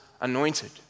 anointed